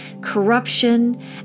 corruption